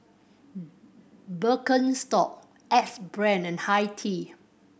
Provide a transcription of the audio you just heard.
Birkenstock Axe Brand and Hi Tea